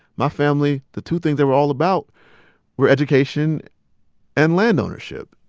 my family, the two things that we're all about were education and land ownership.